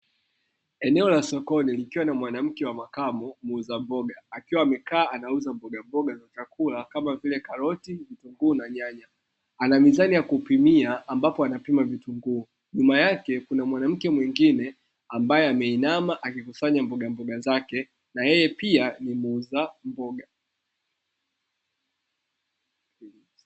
Eneo la sokoni likiwa na mwanamke wa makamo muuza mboga, akiwa amekaa anauza mbogamboga za chakula kama vile: karoti, vitunguu na nyanya; ana mizani ya kupimia ambapo anapima vitunguu, na nyuma yake kuna mwanamke mwingine ambaye ameinama akikusanya mbogamboga zake na yeye pia ni muuza mboga.